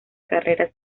carreras